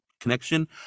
connection